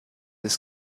des